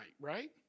right